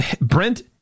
Brent